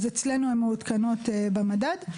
אז אצלנו הן מעודכנות במדד.